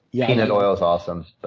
yeah peanut oil is awesome,